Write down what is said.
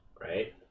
right